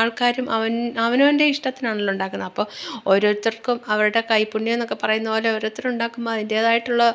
ആള്ക്കാരും അവന് അവനവന്റെ ഇഷ്ടത്തിനാണല്ലോ ഉണ്ടാക്കുന്നേ അപ്പം ഓരോരുത്തര്ക്കും അവരുടെ കൈപ്പുണ്യമെന്നൊക്കെ പറയുന്നതു പോലെ ഓരോരുത്തരുണ്ടാക്കുമ്പം അതിന്റേതായിട്ടുള്ള